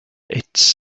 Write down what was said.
its